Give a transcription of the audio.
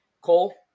Cole